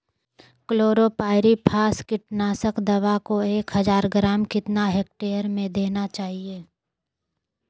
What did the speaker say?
Chlorpyrifos कीटनाशक दवा को एक हज़ार ग्राम कितना हेक्टेयर में देना चाहिए?